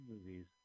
movies